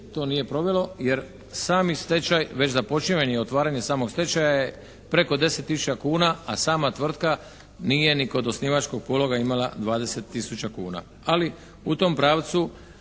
to nije provelo, jer sami stečaj već započinjanje i otvaranje samog stečaja je preko 10 tisuća kuna, a sama tvrtka nije ni kod osnivačkog pologa imala 20 tisuća kuna. Ali u tom pravcu